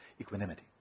Equanimity